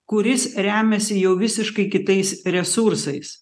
kuris remiasi jau visiškai kitais resursais